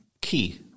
key